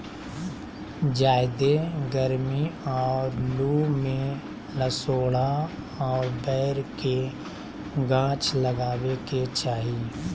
ज्यादे गरमी और लू में लसोड़ा और बैर के गाछ लगावे के चाही